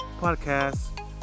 podcast